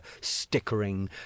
stickering